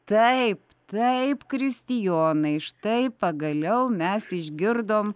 taip taip kristijonai štai pagaliau mes išgirdom